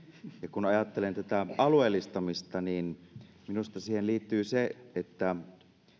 kun ajattelen tätä alueellistamista niin minusta siihen liittyy se että